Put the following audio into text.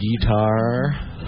guitar